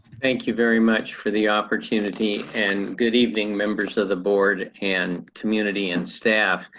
thank you very much for the opportunity and good evening members of the board and community and staff.